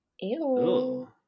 ew